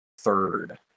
third